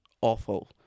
awful